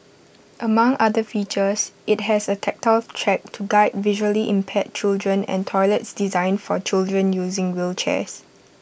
among other features IT has A tactile track to guide visually impaired children and toilets designed for children using wheelchairs